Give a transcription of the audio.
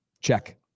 Check